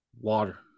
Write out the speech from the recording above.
Water